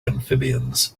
amphibians